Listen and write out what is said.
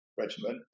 Regiment